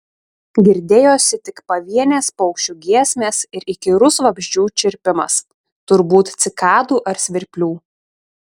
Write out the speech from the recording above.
girdėjosi tik pavienės paukščių giesmės ir įkyrus vabzdžių čirpimas turbūt cikadų ar svirplių